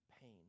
pain